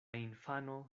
infano